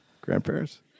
grandparents